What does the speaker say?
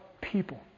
people